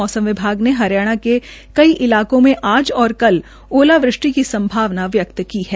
मौसम विभाग ने हरियाणा के कई इलाकों में आज और कल ओलावृष्टि की संभावना भी व्यकत की है